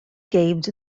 games